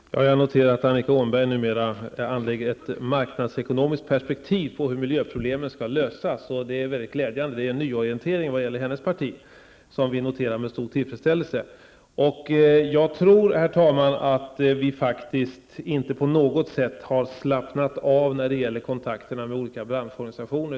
Herr talman! Jag noterar att Annika Åhnberg numera anlägger ett marknadsekonomiskt perspektiv på hur miljöproblemen skall lösas. Det är glädjande -- det är en nyorientering när det gäller hennes parti som vi noterar med stor tillfredsställelse. Jag tror inte att vi på något sätt har slappnat av när det gäller kontakterna med olika branschorganisationer.